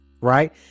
right